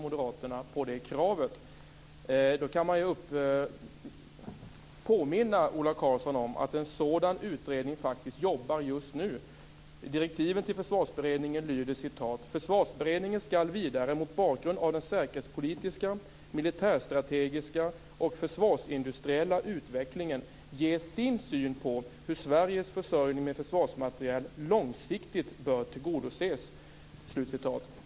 Jag vill påminna Ola Karlsson om att en sådan utredning faktiskt jobbar just nu. Direktiven till Försvarsberedningen lyder: "Försvarsberedningen skall vidare mot bakgrund av den säkerhetspolitiska, militärstrategiska och försvarsindustriella utvecklingen ge sin syn på hur Sveriges försörjning med försvarsmateriel långsiktigt bör tillgodoses."